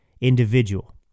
individual